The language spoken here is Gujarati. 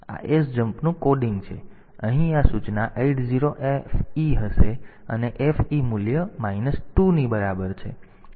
તેથી આ sjmp નું કોડિંગ છે અહીં આ સૂચના 80 FE હશે અને FE મૂલ્ય માઈનસ 2 ની બરાબર છે